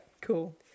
cool